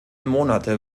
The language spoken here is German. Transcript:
monate